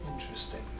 Interesting